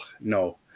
No